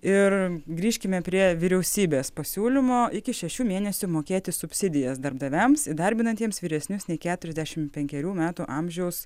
ir grįžkime prie vyriausybės pasiūlymo iki šešių mėnesių mokėti subsidijas darbdaviams įdarbinantiems vyresnius nei keturiasdešim penkerių metų amžiaus